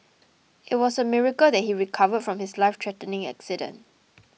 it was a miracle that he recovered from his life threatening accident